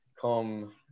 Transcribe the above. come